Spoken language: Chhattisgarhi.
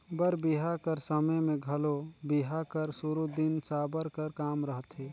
बर बिहा कर समे मे घलो बिहा कर सुरू दिन साबर कर काम रहथे